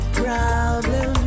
problem